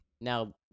Now